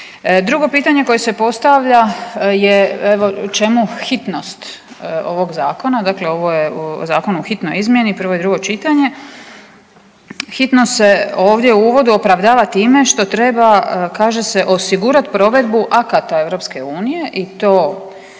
Drugo pitanje koje se postavlja je evo čemu hitnost ovog zakona? Dakle ovo je zakon u hitnoj izmjeni, prvo i drugo čitanje, hitnost se ovdje u uvodu opravdava time što treba kaže se osigurat provedbu akata EU i to